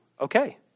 Okay